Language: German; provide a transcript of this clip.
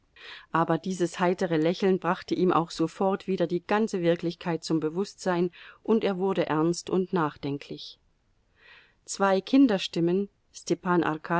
aber dieses heitere lächeln brachte ihm auch sofort wieder die ganze wirklichkeit zum bewußtsein und er wurde ernst und nachdenklich zwei kinderstimmen